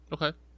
Okay